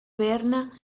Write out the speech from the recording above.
berna